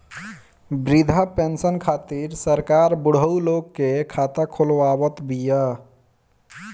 वृद्धा पेंसन खातिर सरकार बुढ़उ लोग के खाता खोलवावत बिया